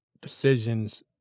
decisions